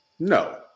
no